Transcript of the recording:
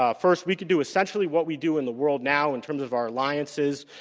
ah first, we could do essentially what we do in the world now in terms of our alliances,